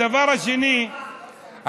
הדבר השני והמעניין,